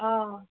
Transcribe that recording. অঁ